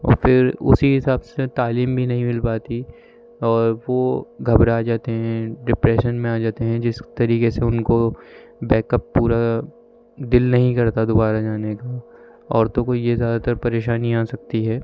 اور پھر اسی حساب سے تعلیم بھی نہیں مل پاتی اور وہ گھبرا جاتے ہیں ڈپریشن میں آ جاتے ہیں جس طریقے سے ان کو بیک اپ پورا دل نہیں کرتا دوبارہ جانے کا عورتوں کو یہ زیادہ تر پریشانی آ سکتی ہے